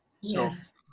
Yes